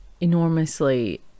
enormously